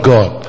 God